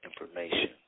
information